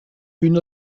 une